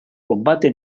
combate